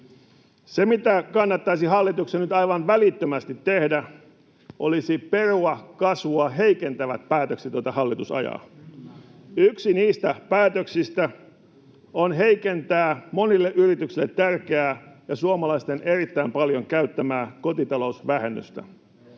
Se, mitä hallituksen kannattaisi nyt aivan välittömästi tehdä, olisi perua kasvua heikentävät päätökset, joita hallitus ajaa. Yksi niistä päätöksistä on heikentää monille yrityksille tärkeää ja suomalaisten erittäin paljon käyttämää kotitalousvähennystä.